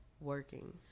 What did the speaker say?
working